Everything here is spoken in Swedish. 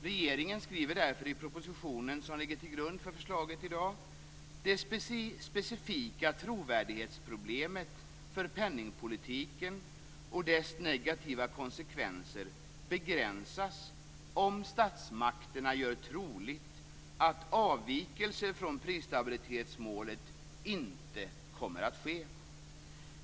Regeringen skriver därför i propositionen som ligger till grund för förslaget i dag: Det specifika trovärdighetsproblemet för penningpolitiken och dess negativa konsekvenser begränsas om statsmakterna gör troligt att avvikelser från prisstabilitetsmålet inte kommer att ske.